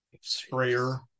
sprayer